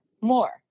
more